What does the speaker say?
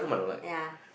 ya